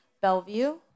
Bellevue